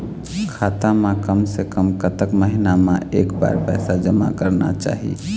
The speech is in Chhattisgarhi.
खाता मा कम से कम कतक महीना मा एक बार पैसा जमा करना चाही?